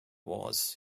wars